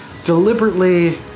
deliberately